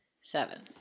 Seven